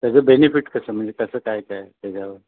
त्याचे बेनिफिट कसं म्हणजे कसं काय काय त्याच्यावर